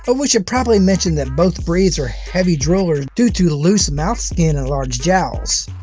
but we should probably mention that both breeds are heavy droolers due to loose mouth skin and large jowls.